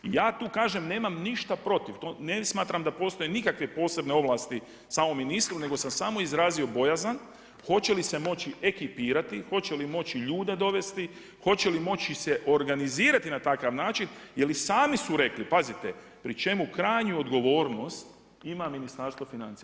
I ja tu nemam ništa protiv, ne smatram da postoje nikakve posebne ovlasti, samom ministru, nego sam samo izrazio bojazan, hoće li se moći ekipirati, hoće li moći ljude dovesti, hoće li moći se organizirati na takav način jer i sami su rekli, pazite, pri čemu krajnju odgovornost ima Ministarstvo financija.